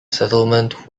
settlement